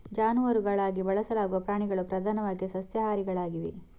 ಜಾನುವಾರುಗಳಾಗಿ ಬಳಸಲಾಗುವ ಪ್ರಾಣಿಗಳು ಪ್ರಧಾನವಾಗಿ ಸಸ್ಯಾಹಾರಿಗಳಾಗಿವೆ